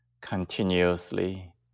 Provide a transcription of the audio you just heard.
continuously